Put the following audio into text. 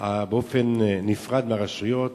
באופן נפרד מהרשויות